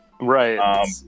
Right